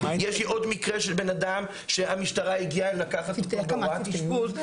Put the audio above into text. יש לי עוד מקרה של בן אדם שהמשטרה הגיעה לקחת אותו בהוראת אשפוז,